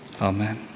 Amen